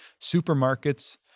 supermarkets